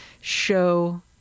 show